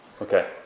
Okay